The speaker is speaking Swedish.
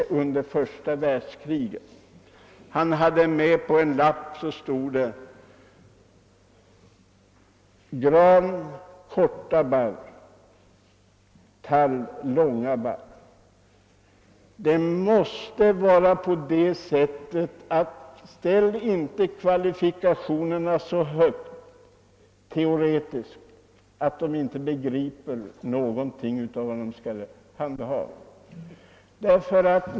Han hade med sig en lapp på vilken det stod: Gran korta barr, tall långa barr. Ställ inte de teoretiska kraven så högt att inköparna inte begriper någonting därav!